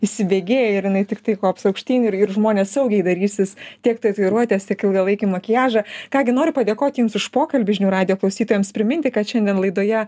įsibėgėja ir jinai tiktai kops aukštyn ir ir žmonės saugiai darysis tiek tatuiruotės tiek ilgalaikį makiažą ką gi noriu padėkoti jums už pokalbį žinių radijo klausytojams priminti kad šiandien laidoje